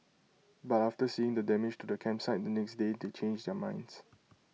but after seeing the damage to the campsite the next day they changed their minds